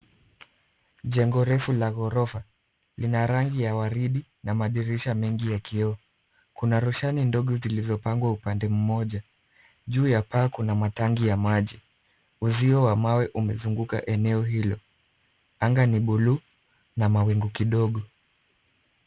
Jengo refu la ghorofa. Lina rangi ya waridi na madirisha mengi ya kioo. Kuna roshani ndogo zilizopangwa upande mmoja. Juu ya paa kuna matangi ya maji. Uzio wa mawe umezunguka eneo hilo. Anga ni buluu na mawingu kidogo.